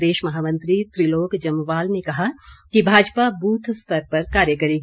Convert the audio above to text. प्रदेश महामंत्री त्रिलोक जम्वाल ने कहा कि भाजपा बूथ स्तर पर कार्य करेगी